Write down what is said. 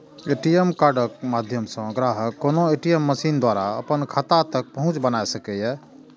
ATM कार्डक माध्यम सं ग्राहक कोनो ए.टी.एम मशीन द्वारा अपन खाता तक पहुंच बना सकैए